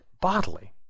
bodily